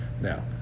Now